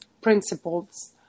principles